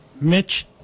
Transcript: mitch